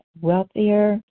wealthier